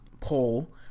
poll